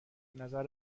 نظر